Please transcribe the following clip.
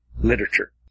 literature